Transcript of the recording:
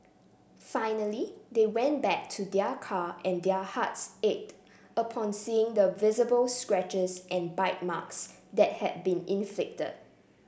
finally they went back to their car and their hearts ached upon seeing the visible scratches and bite marks that had been inflicted